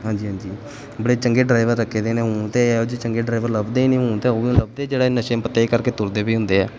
ਹਾਂਜੀ ਹਾਂਜੀ ਬੜੇ ਚੰਗੇ ਡਰਾਈਵਰ ਰੱਖੇ ਦੇ ਨੇ ਹੁਣ ਤਾਂ ਇਹੋ ਜਿਹੇ ਚੰਗੇ ਡਰਾਈਵਰ ਲੱਭਦੇ ਹੀ ਨਹੀਂ ਹੁਣ ਤਾਂ ਉਹੀ ਲੱਭਦੇ ਜਿਹੜਾ ਨਸ਼ੇ ਪੱਤੇ ਕਰਕੇ ਤੁਰਦੇ ਵੀ ਹੁੰਦੇ ਹੈ